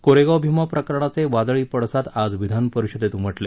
कोरेगाव भीमा प्रकरणाचे वादळी पडसाद आज विधानपरिषदेत उमटले